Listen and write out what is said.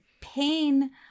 pain